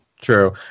true